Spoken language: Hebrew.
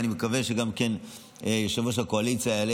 ואני מקווה שגם יושב-ראש הקואליציה יעלה